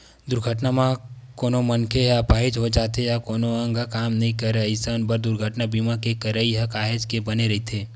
दुरघटना म कोनो मनखे ह अपाहिज हो जाथे या कोनो अंग ह काम नइ करय अइसन बर दुरघटना बीमा के करई ह काहेच के बने रहिथे